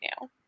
now